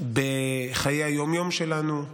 בחיי היום-יום שלנו,